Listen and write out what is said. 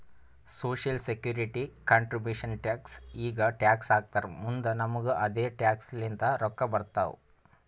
social security contribution tax ಈಗ tax ಹಾಕ್ತಾರ್ ಮುಂದ್ ನಮುಗು ಅದೆ ಟ್ಯಾಕ್ಸ್ ಲಿಂತ ರೊಕ್ಕಾ ಬರ್ತಾವ್